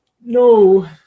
No